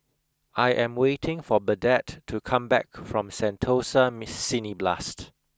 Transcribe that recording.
I am waiting for Burdette to come back from Sentosa Miss Cineblast